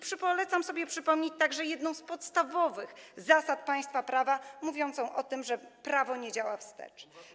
Polecam przypomnieć sobie także jedną z podstawowych zasad państwa prawa, mówiącą o tym, że prawo nie działa wstecz.